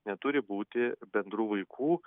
neturi būti bendrų vaikų